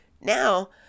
Now